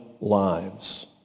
lives